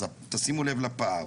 תשימו לב לפער.